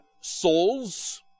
souls